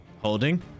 Holding